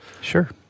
Sure